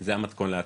זה המתכון להצלחה.